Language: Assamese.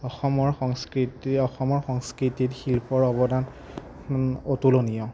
অসমৰ সংস্কৃতি অসমৰ সংস্কৃতিত শিল্পৰ অৱদান অতুলনীয়